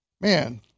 man